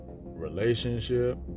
relationship